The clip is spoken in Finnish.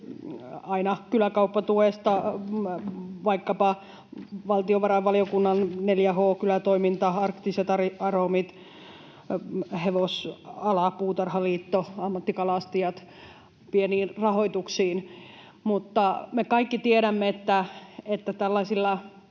aina kyläkauppatuesta vaikkapa valtiovarainvaliokunnan kohteiden — 4H, kylätoiminta, Arktiset Aromit, hevosala, Puutarhaliitto ja ammattikalastajat — pieniin rahoituksiin, mutta me kaikki tiedämme, että tällaisilla